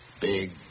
Big